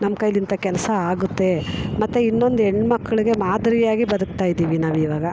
ನಮ್ಮ ಕೈಯ್ಯಲ್ಲಿ ಇಂಥ ಕೆಲಸ ಆಗುತ್ತೆ ಮತ್ತೆ ಇನ್ನೊಂದು ಹೆಣ್ಮಕ್ಳಿಗೆ ಮಾದರಿಯಾಗಿ ಬದುಕ್ತಾಯಿದ್ದೀವಿ ನಾವು ಇವಾಗ